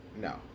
No